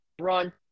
Run